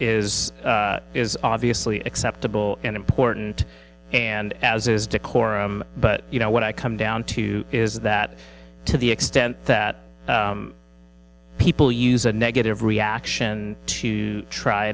is is obviously acceptable and important and as is decorum but you know what i come down to is that to the extent that people use a negative reaction to try